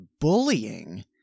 bullying